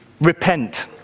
repent